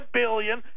billion